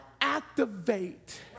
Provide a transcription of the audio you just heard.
activate